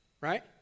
Right